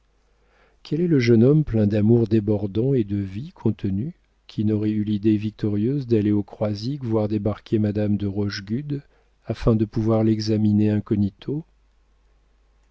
quel est le jeune homme plein d'amour débordant et de vie contenue qui n'aurait eu l'idée victorieuse d'aller au croisic voir débarquer madame de rochegude afin de pouvoir l'examiner incognito